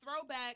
throwback